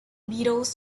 beatles